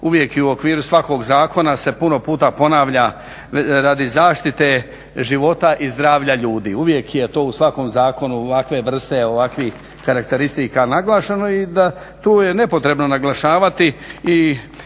uvijek i u okviru svakog zakona se puno puta ponavlja radi zaštite života i zdravlja ljudi. Uvijek je to u svakom zakonu ovakve vrste ovakvih karakteristika naglašeno i tu je nepotrebno naglašavati